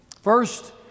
First